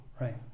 right